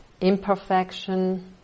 imperfection